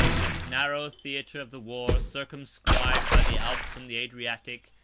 this narrow theatre of the war, circumscribed by the alps and the adriatic,